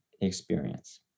experience